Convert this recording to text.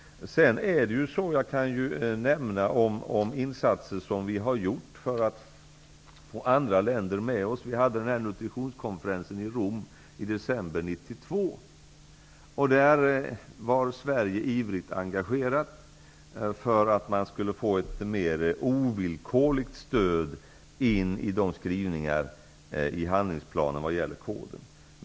Jag kan nämna insatser som vi har gjort för att få andra länder med oss. Vi hade en nutritionskonferens i Rom i december 1992. Där var Sverige ivrigt engagerat för att man skulle få ett mer ovillkorligt stöd in i de skrivningar i handlingsplanen när det gäller koden.